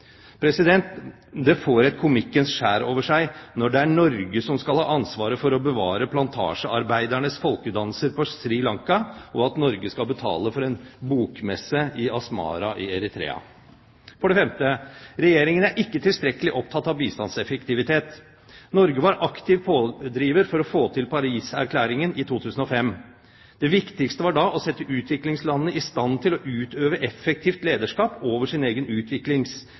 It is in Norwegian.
Det får et komikkens skjær over seg når det er Norge som skal ha ansvaret for å bevare plantasjearbeidernes folkedanser på Sri Lanka, og at Norge skal betale for en bokmesse i Asmara i Eritrea. For det femte: Regjeringen er ikke tilstrekkelig opptatt av bistandseffektivitet. Norge var aktiv pådriver for å få til Paris-erklæringen i 2005. Det viktigste var da å sette utviklingslandene i stand til å utøve effektivt lederskap over sin egen